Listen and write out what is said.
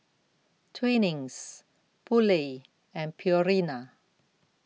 Twinings Poulet and Purina